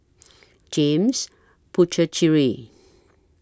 James Puthucheary